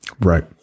Right